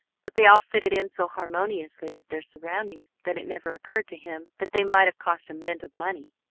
but they all fitted in so harmoniously with their surroundings that it never occurred to him that they might have cost a mint of money.